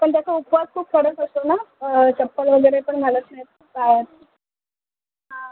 पण त्याचा उपवास खूप कडक असतो ना चप्पल वगैरे पण घालत नाहीत पायात हां